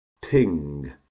ting